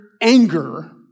anger